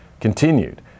continued